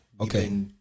Okay